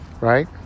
right